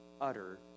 utter